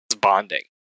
bonding